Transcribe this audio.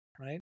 right